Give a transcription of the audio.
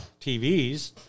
TVs